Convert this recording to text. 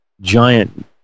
giant